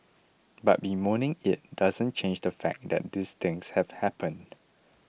but bemoaning it doesn't change the fact that things have happened